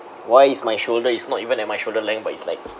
why is my shoulder it's not even at my shoulder length but it's like